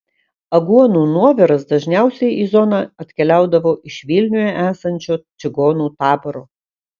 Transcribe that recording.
aguonų nuoviras dažniausiai į zoną atkeliaudavo iš vilniuje esančio čigonų taboro